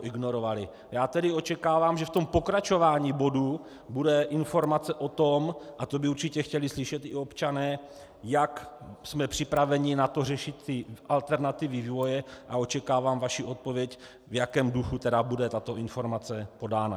Já tedy očekávám, že v tom pokračování bodu bude informace o tom, a to by určitě chtěli slyšet i občané, jak jsme připraveni na to, řešit ty alternativy vývoje, a očekávám vaši odpověď, v jakém duchu tedy bude tato informace podána.